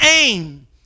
aim